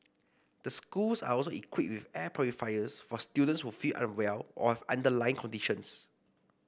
the schools are also equipped with air purifiers for students who feel unwell or have underlie conditions